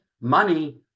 money